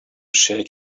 shake